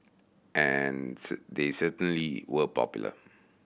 and they certainly were popular